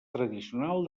tradicional